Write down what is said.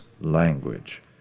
language